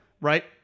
Right